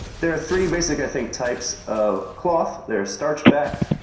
there are three basic, i think, types of cloth. there's starch-backed,